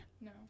No